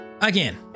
Again